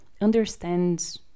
understand